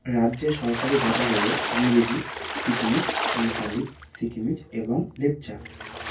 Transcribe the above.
রাজ্যের সরকারি ভাষা হলো ইংরেজি সিকিমিচ নেপালি সিকিমিচ এবং লেপচা